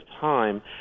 time